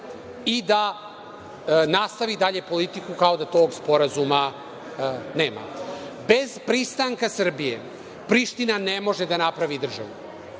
i da nastavi dalje politiku kao da tog sporazuma nema. Bez pristanka Srbije, Priština ne može da napravi državu.